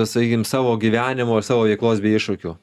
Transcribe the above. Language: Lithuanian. sakykim savo gyvenimo savo veiklos bei iššūkių